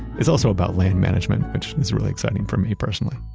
it's also about land management, which is really exciting for me personally.